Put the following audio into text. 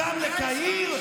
נרצחו, ואתם חוגגים את זה.